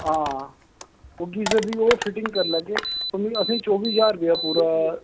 हां ओह् गीजर दी ओह् फिटिंग करी लैगे असेंगी चौबी ज्हार रपेआ पूरा